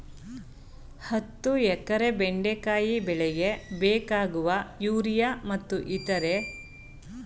ಹತ್ತು ಎಕರೆ ಬೆಂಡೆಕಾಯಿ ಬೆಳೆಗೆ ಬೇಕಾಗುವ ಯೂರಿಯಾ ಮತ್ತು ಇತರೆ ರಸಗೊಬ್ಬರಗಳ ಪ್ರಮಾಣ ಎಷ್ಟು?